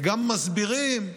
וגם מסבירים,